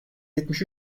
yetmiş